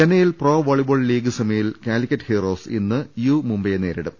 ചെന്നൈയിൽ pro volleyball league സെമിയിൽ Calicut heroes ഇന്ന് യു മുബൈയെ നേരിടും